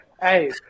Hey